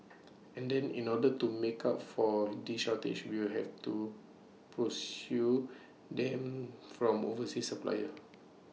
and then in order to make up for this shortage we'll have to pursue them from overseas suppliers